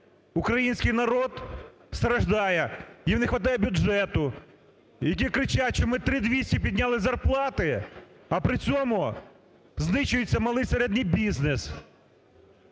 український народ страждає. Їм не хватає бюджету, які кричать, що ми 3200 підняли зарплати, а при цьому знищується малий і середній бізнес,